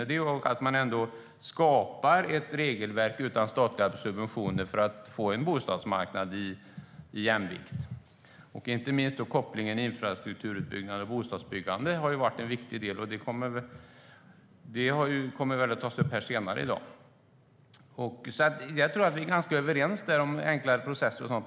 Man måste ändå skapa ett regelverk utan statliga subventioner för att få en bostadsmarknad i jämvikt. Inte minst har kopplingen mellan infrastrukturutbyggnad och bostadsbyggande varit en viktig del. Det kommer väl att tas upp här senare i dag. Jag tror att vi är ganska överens när det gäller enklare process och sådant.